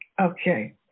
okay